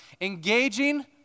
Engaging